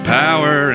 power